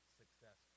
success